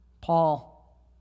Paul